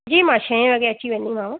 जी मां छएं वॻे अची वेंदीमांव